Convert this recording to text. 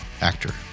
actor